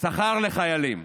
שכר לחיילים,